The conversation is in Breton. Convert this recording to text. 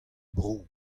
bro